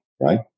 right